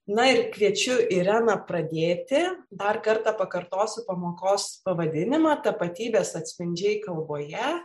na ir kviečiu ireną pradėti dar kartą pakartosiu pamokos pavadinimą tapatybės atspindžiai kalboje